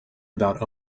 about